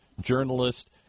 journalist